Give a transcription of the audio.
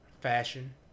fashion